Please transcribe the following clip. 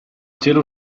cielo